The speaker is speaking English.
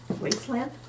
Wasteland